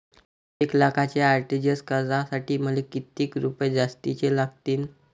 एक लाखाचे आर.टी.जी.एस करासाठी मले कितीक रुपये जास्तीचे लागतीनं?